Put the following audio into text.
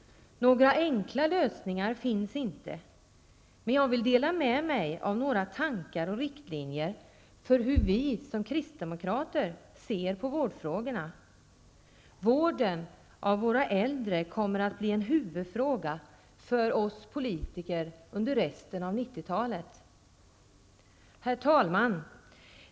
Några enkla lösningar finns inte, men jag vill dela med mig av några tankar och riktlinjer för hur vi som kristdemokrater ser på vårdfrågorna. Vården av våra äldre kommer att bli en huvudfråga för oss politiker under resten av 90-talet. Herr talman!